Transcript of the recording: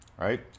right